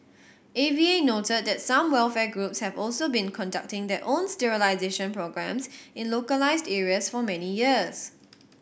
A V A noted that some welfare groups have also been conducting their own sterilisation programmes in localised areas for many years